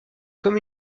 comme